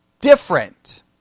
different